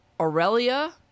Aurelia